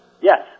Yes